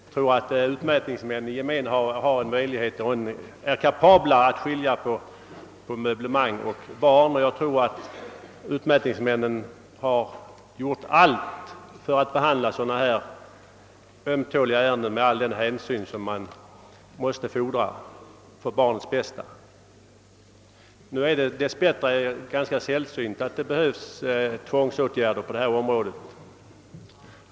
Jag tror att utmätningsmännen i allmänhet är kapabla att skilja på möblemang och barn, och jag tror också att utmätningsmännen gjort allt för att behandla sådana här ömtåliga ärenden med all den hänsyn som krävs med tanke på barnens bästa. Dess bättre är det ganska sällsynt att tvångsåtgärder behöver vidtas på detta område.